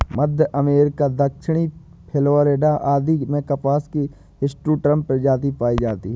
मध्य अमेरिका, दक्षिणी फ्लोरिडा आदि में कपास की हिर्सुटम प्रजाति पाई जाती है